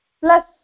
plus